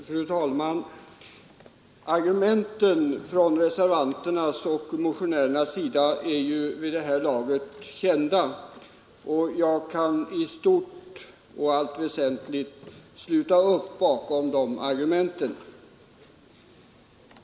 Fru talman! Argumenten från reservanternas och motionärernas sida är vid det här laget kända, och jag kan i stort och i allt väsentligt sluta upp bakom de argumenten.